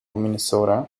minnesota